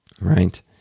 right